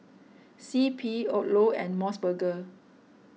C P Odlo and Mos Burger